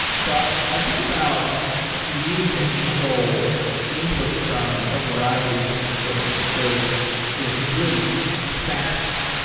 so i think about needing to handle inputs from a variety of different sources. so you know there's really fast,